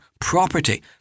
Property